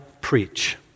preach